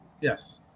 Yes